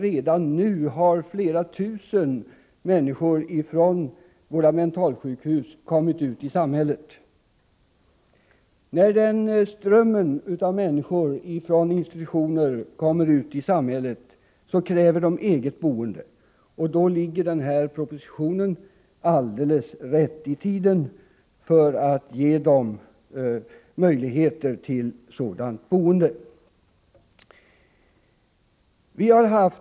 Redan nu har flera tusen människor från våra mentalsjukhus kommit ut i samhället. När en ström av människor från institutioner kommer ut i samhället, kräver de eget boende, och då ligger den här propositionen alldeles rätt i tiden för att ge dem möjligheter till sådant boende.